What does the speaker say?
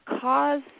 cause